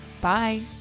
Bye